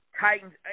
Titans